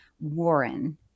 Warren